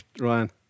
Ryan